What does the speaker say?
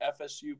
FSU